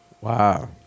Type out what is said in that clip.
Wow